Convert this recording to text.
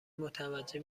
متوجه